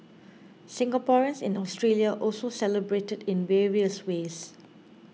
Singaporeans in Australia also celebrated in various ways